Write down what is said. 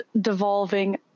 devolving